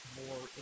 more